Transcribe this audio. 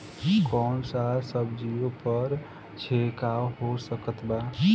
कौन सा सब्जियों पर छिड़काव हो सकत बा?